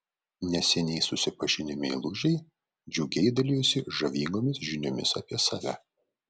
neseniai susipažinę meilužiai džiugiai dalijosi žavingomis žiniomis apie save